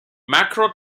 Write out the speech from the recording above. macro